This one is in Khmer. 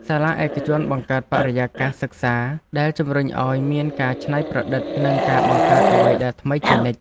សាលាឯកជនបង្កើតបរិយាកាសសិក្សាដែលជំរុញឱ្យមានការច្នៃប្រឌិតនិងការបង្កើតអ្វីដែលថ្មីជានិច្ច។